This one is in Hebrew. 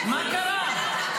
מה קרה?